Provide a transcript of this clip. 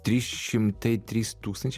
trys šimtai trys tūkstančiai